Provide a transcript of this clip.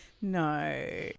No